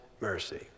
mercy